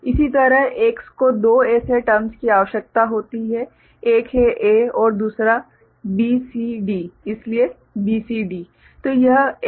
इसी तरह X को दो ऐसे टर्म्स की आवश्यकता होती है एक है A और दूसरा B C D इसलिए B C D